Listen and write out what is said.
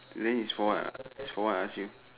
then it's for what for what I ask you